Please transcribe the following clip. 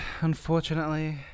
unfortunately